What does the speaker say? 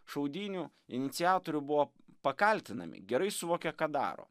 šaudynių iniciatorių buvo pakaltinami gerai suvokė ką daro